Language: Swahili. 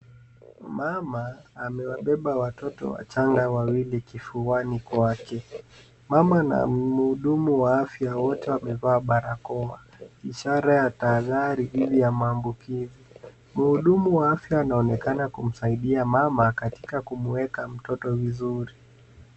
Mama amewabeba watoto wachanga wawili kifuani kwake. Mama na muhudumu wa afya wote wamevaa barakoa, ishara ya taathari dithi ya maambukizi. Muhudumu wa afya anaonekana kumsaidia mama katika kumweka mtoto vizuri.